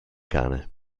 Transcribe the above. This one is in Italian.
cane